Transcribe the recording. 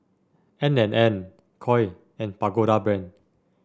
N and N Koi and Pagoda Brand